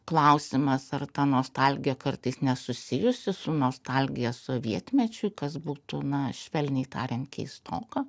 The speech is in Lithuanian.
klausimas ar ta nostalgija kartais nesusijusi su nostalgija sovietmečiui kas būtų na švelniai tariant keistoka